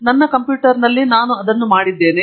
ನನ್ನ ಕಂಪ್ಯೂಟರ್ನಲ್ಲಿ ನಾನು ಅದನ್ನು ಮಾಡಿದ್ದೇನೆ